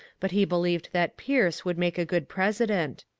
but he believed that pierce would make a good president.